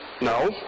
No